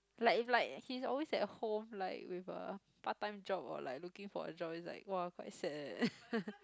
like if like he's always at home like with a part time job or like looking for a job it's like quite sad eh